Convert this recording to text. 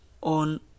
on